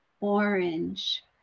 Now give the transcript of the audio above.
orange